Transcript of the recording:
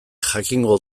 jakingo